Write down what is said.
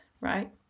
right